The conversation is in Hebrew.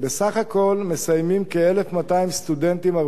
בסך הכול מסיימים כ-1,200 סטודנטים ערבים